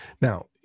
now